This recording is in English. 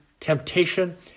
temptation